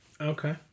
Okay